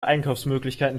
einkaufsmöglichkeiten